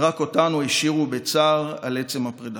ורק אותנו השאירו בצער על עצם הפרדה.